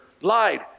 lied